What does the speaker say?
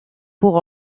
pour